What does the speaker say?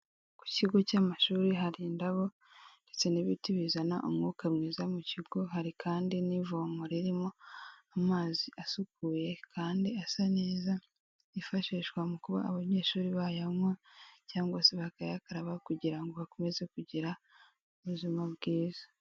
Ku kigo cy'amashuri hari indabo ndetse n'ibiti bizana umwuka mwiza mu kigo hari kandi n'ivomo ririmo amazi asukuye kandi asa neza afashishwa mu kuba abanyeshuri bayanywa cyangwa se bakayakaraba kugira ngo bakomeze kugira ubuzima bwiza.